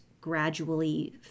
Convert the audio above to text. gradually